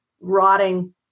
rotting